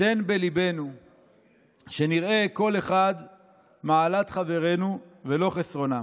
תן בליבנו שנראה כל אחד מעלת חברינו ולא חסרונם.